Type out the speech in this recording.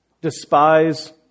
despise